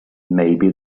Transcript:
maybe